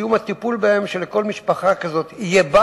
סיום הטיפול בהן הוא שלכל משפחה כזאת יהיה בית,